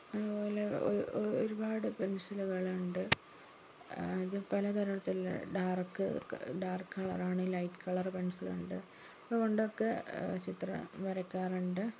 അതുപോലെ ഒരു ഒരു ഒരുപാട് പെൻസിലുകൾ ഉണ്ട് പലതരത്തിലുള്ള ഡാർക്ക് ഡാർക്ക് കളറാണ് ലൈറ്റ് കളർ പെൻസിലുണ്ട് അതുകൊണ്ടൊക്കെ ചിത്രം വരയ്ക്കാറുണ്ട്